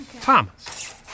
Thomas